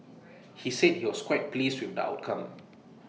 he said he was quite pleased with the outcome